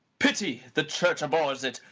pity! the church abhors it.